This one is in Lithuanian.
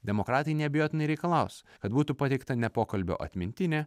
demokratai neabejotinai reikalaus kad būtų pateikta ne pokalbio atmintinė